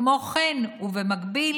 את השימוש בחומר, וכמו כן, ובמקביל,